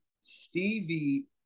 Stevie